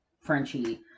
Frenchie